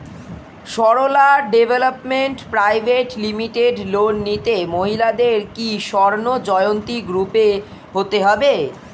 Sarala development private limited loan নিতে মহিলাদের কি স্বর্ণ জয়ন্তী গ্রুপে হতে হবে?